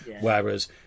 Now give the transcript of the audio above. whereas